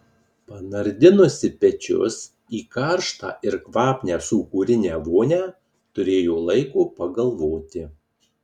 panardinusi pečius į karštą ir kvapnią sūkurinę vonią turėjo laiko pagalvoti